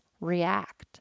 react